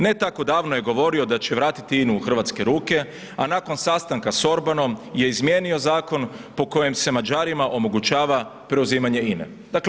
Ne tako davno je govorio da će vratiti INA-u u hrvatske ruke, a nakon sastanka s Orbanom je izmijenio zakon po kojem se Mađarima omogućava preuzimanje INA-e.